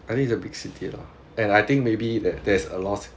I think it's a big city lah and I think maybe that there's allure